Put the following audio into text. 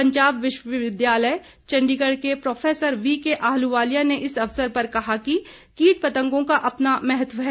पंजाब विश्वविद्यालय चंडीगढ़ के prof V K Ahluwalia ने इस अवसर पर कहा कि कीट पंतगों का अपना महत्व है